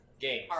game